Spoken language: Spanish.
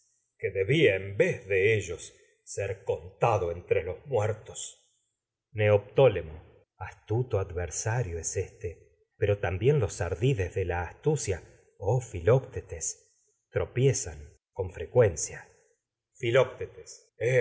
que debía de ellos ser contado entre los muertos neoptólemo bién los astuto adversario es éste pero tam ardides de la astucia oh filoctetes tropiezan con frecuencia filoctetes